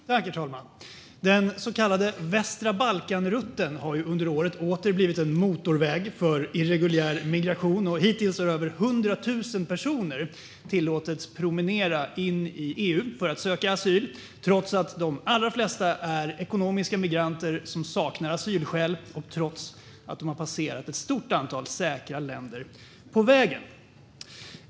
Herr talman! Den så kallade västra Balkan-rutten har under året åter blivit en motorväg för irreguljär migration. Hittills har över 100 000 personer tillåtits promenera in i EU för att söka asyl, trots att de allra flesta är ekonomiska migranter som saknar asylskäl och trots att de har passerat ett stort antal säkra länder på vägen.